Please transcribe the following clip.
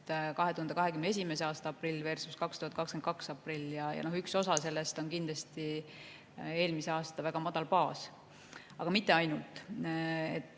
2021. aasta aprillversus2022. aasta aprill. Üks osa sellest on kindlasti eelmise aasta väga madal baas, aga mitte ainult.